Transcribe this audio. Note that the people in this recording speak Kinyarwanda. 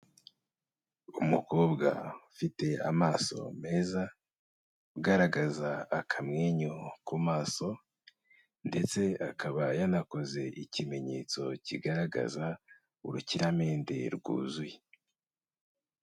Umukobwa ufite amaso meza, ugaragaza akamwenyu ku maso ndetse akaba yanakoze ikimenyetso kigaragaza urukiramende rwuzuye.